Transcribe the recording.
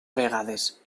vegades